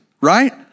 right